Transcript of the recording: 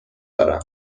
دارم